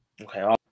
Okay